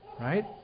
Right